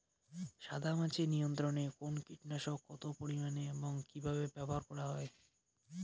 সাদামাছি নিয়ন্ত্রণে কোন কীটনাশক কত পরিমাণে এবং কীভাবে ব্যবহার করা হয়?